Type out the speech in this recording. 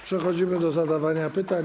Przechodzimy do zadawania pytań.